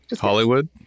Hollywood